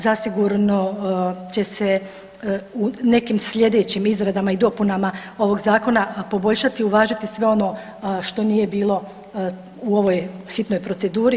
Zasigurno će se u nekim sljedećim izradama i dopunama ovog zakona poboljšati i uvažiti sve ono što nije bilo u ovoj hitnoj proceduri.